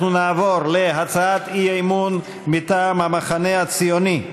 אנחנו נעבור להצעת אי-אמון מטעם המחנה הציוני: